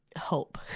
hope